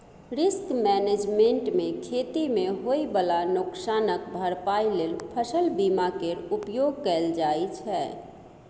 risk management मे खेती मे होइ बला नोकसानक भरपाइ लेल फसल बीमा केर उपयोग कएल जाइ छै